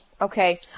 Okay